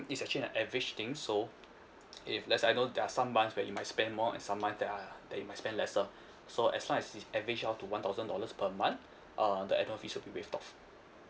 it's actually an average thing so if let's say I know there are some months where you might spend more and some months that are that you might spend lesser so as long as is average out to one thousand dollars per month uh the annual fees will be waived off